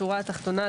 בשורה התחתונה,